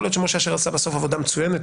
יכול להיות שמשה אשר עשה בסוף עבודה מצוינת,